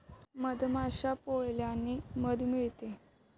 मधमाश्या पाळल्याने मध मिळते